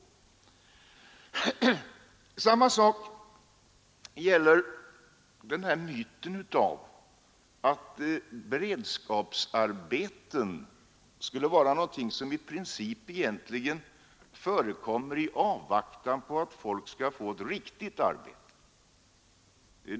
Samma sak gäller myten om att beredskapsarbeten skulle vara någonting som i princip förekommer i avvaktan på att folk skall få ett ”riktigt” arbete.